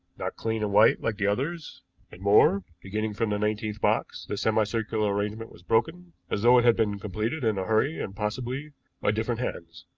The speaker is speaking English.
not clean and white like the others and more, beginning from the nineteenth box the semi-circular arrangement was broken, as though it had been completed in a hurry, and possibly by different hands.